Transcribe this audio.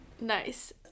Nice